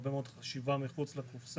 הרבה מאוד חשיבה מחוץ לקופסא.